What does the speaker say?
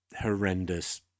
horrendous